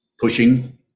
Pushing